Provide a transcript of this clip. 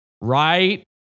right